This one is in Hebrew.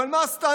אבל מה הסטנדרט?